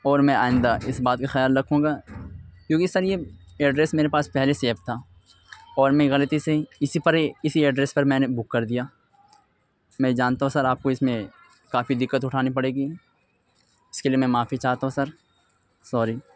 اور میں آئندہ اس بات کا خیال رکھوں گا کیونکہ سر یہ ایڈریس میرے پاس پہلے سیو تھا اور میں غلطی سے اسی پر اسی ایڈریس پر میں نے بک کر دیا میں جانتا ہوں سر آپ کو اس میں کافی دقت اٹھانی پڑے گی اس کے لیے میں معافی چاہتا ہوں سر سوری